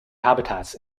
habitats